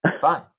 Fine